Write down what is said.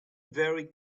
very